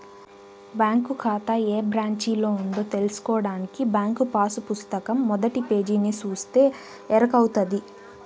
bank కాతా ఏ బ్రాంచిలో ఉందో తెల్సుకోడానికి బ్యాంకు పాసు పుస్తకం మొదటి పేజీని సూస్తే ఎరకవుతది